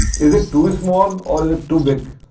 is it too small or is it too big.